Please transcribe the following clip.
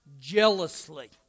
jealously